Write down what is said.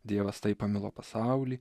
dievas taip pamilo pasaulį